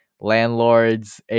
landlords